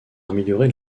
améliorer